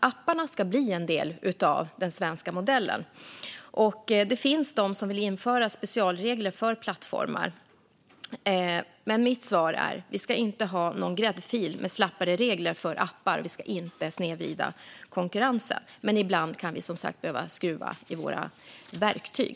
Apparna ska bli en del av den svenska modellen. Det finns de som vill införa specialregler för plattformar. Men mitt svar är: Vi ska inte ha någon gräddfil med slappare regler för appar. Vi ska inte snedvrida konkurrensen. Men ibland kan vi som sagt behöva skruva i våra verktyg.